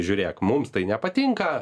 žiūrėk mums tai nepatinka